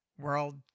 World